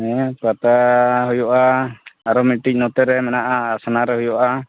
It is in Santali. ᱦᱮᱸ ᱯᱟᱛᱟ ᱦᱩᱭᱩᱜᱼᱟ ᱟᱨᱚ ᱢᱤᱫᱴᱤᱡ ᱱᱚᱛᱮ ᱨᱮ ᱢᱮᱱᱟᱜᱼᱟ ᱟᱥᱱᱟ ᱨᱮ ᱦᱩᱭᱩᱜᱼᱟ